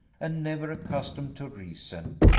and never accustomed to reason,